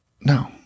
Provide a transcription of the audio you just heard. No